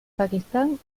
pakistán